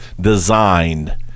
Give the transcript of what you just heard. designed